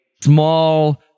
small